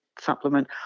supplement